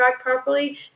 properly